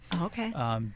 Okay